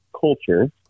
culture